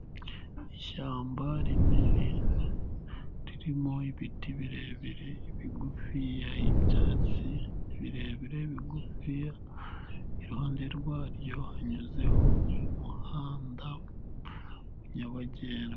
Ishyamba rinini, ririmo ibiti birebire, bigufiya, ibyatsi birebire, bigufiya, iruhande rwaryo hanyuzeho umuhanda, nyabagendwa.